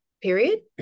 period